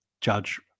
judge